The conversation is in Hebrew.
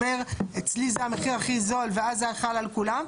אומר אצלי זה המחיר הכי זול ואז זה חל על כולם?